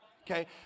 Okay